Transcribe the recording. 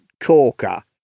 corker